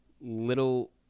little